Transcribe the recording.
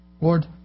Lord